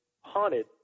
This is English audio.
haunted